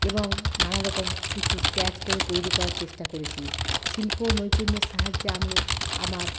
এবং নানা রকম কিছু স্ক্রাচ করে তৈরি করার চেষ্টা করেছি শিল্প নৈপুণ্যের সাহায্যে আপনি আমার